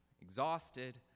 exhausted